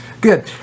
Good